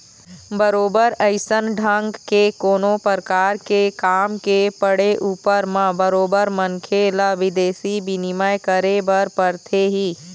बरोबर अइसन ढंग के कोनो परकार के काम के पड़े ऊपर म बरोबर मनखे ल बिदेशी बिनिमय करे बर परथे ही